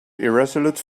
irresolute